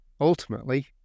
ultimately